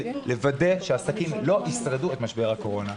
לוודא שהעסקים לא ישרדו את משבר הקורונה.